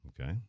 Okay